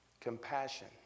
Compassion